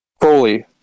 Foley